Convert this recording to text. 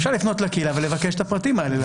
אפשר לפנות לקהילה ולבקש את הפרטים האלה.